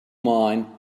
mine